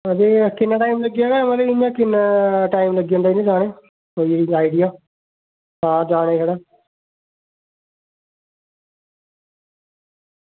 ते किन्ना टाइम लग्गी जाना इ'यां किन्ना टाइम लग्गी जाना एह्दे च जाने ई कोई आइडिया हां जाने दा छड़ा